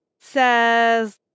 Says